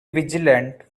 vigilant